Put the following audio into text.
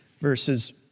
verses